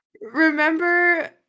Remember